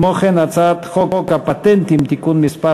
וכמו כן, הצעת חוק הפטנטים (תיקון מס'